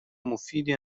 مفیدی